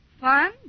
Fun